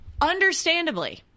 Understandably